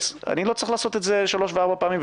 אני לא צריך לעשות את זה שלוש וארבע פעמים,